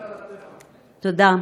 תודה.